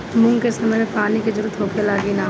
मूंग के समय मे पानी के जरूरत होखे ला कि ना?